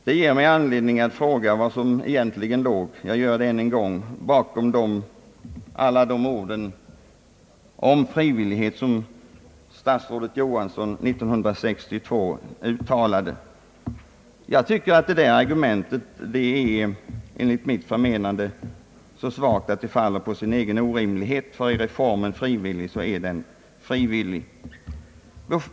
Det ger mig anledning att än en gång fråga vad som egentligen låg bakom alla de ord om frivillighet som statsrådet Johansson 1962 uttalade. Nej, detta argument är enligt mitt förmenande så svagt att det faller på sin egen orimlighet. Är reformen frivillig så skall den vara frivillig.